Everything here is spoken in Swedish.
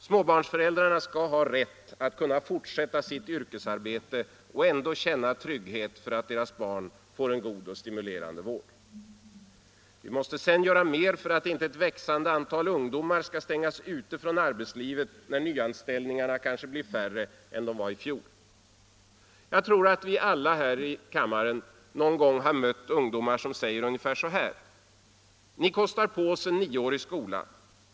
Småbarnsföräldrarna skall ha rätt att fortsätta sitt yrkesarbete och ändå känna trygghet för att deras barn får en god och stimulerande vård. Vi måste sedan göra mer för att inte ett växande antal ungdomar skall stängas ute från arbetslivet när nyanställningarna kanske blir färre än de var i fjol. Jag tror att vi alla här i kammaren någon gång har mött ungdomar som säger ungefär så här: Ni kostar på oss nioårig skola.